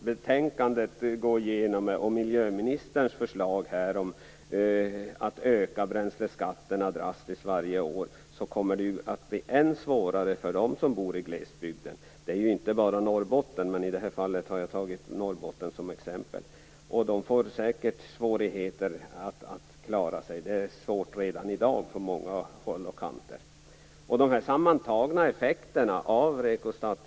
betänkandet och miljöministerns förslag om att höja bränsleskatterna drastiskt varje år gå igenom, kommer det att bli än svårare för dem som bor i glesbygden. Det gäller inte bara Norrbotten, men i det här fallet har jag tagit Norrbotten som exempel. De får säkert svårigheter att klara sig. Det är svårt redan i dag på många håll och kanter.